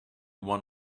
one